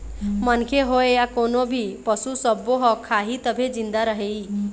मनखे होए य कोनो भी पसू सब्बो ह खाही तभे जिंदा रइही